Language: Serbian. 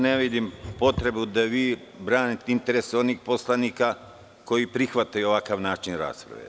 Ne vidim potrebu da vi branite interese onih poslanika koji prihvataju ovakav način rasprave.